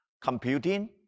computing